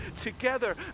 together